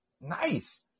Nice